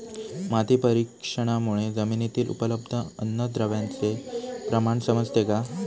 माती परीक्षणामुळे जमिनीतील उपलब्ध अन्नद्रव्यांचे प्रमाण समजते का?